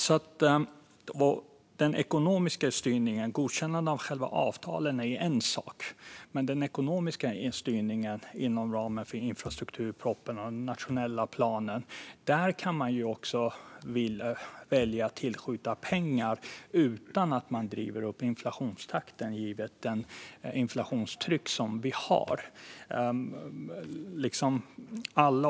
Godkännandet av avtalen är en sak, men när det gäller den ekonomiska styrningen inom ramen för infrastrukturpropositionen och den nationella planen kan man välja att skjuta till pengar utan att man driver upp inflationstakten givet det inflationstryck vi har.